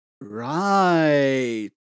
Right